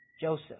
Joseph